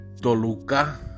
Toluca